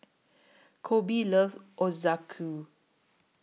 Colby loves Ochazuke